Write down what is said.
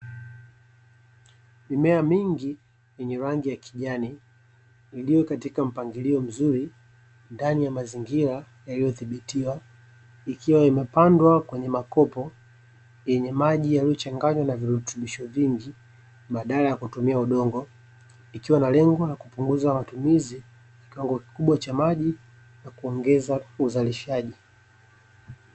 Mimea mingi yenye rangi ya kijani iliyo katika mpangilio mzuri ndani ya mazingira yaliyodhibitiwa . Ikiwa imepandwa kwenye makopo yenye maji, yaliyochanganywa na virutubisho vingi badala ya kutumia udongo. Ikiwa na lengo la kupunguza matumizi ya kiwango kikubwa cha maji na kuongeza uzalishaji.